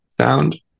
Sound